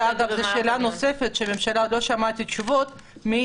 אגב זו שאלה נוספת שלא שמעתי עליה תשובות מן הממשלה,